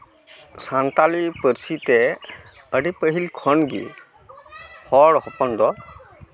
ᱥᱟᱱᱛᱟᱞᱤ ᱯᱟᱨᱥᱤ ᱛᱮ ᱟᱹᱰᱤ ᱯᱟᱹᱦᱤᱞ ᱠᱷᱚᱱ ᱜᱮ ᱦᱚᱲ ᱦᱚᱯᱚᱱ ᱫᱚ